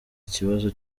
ikibazo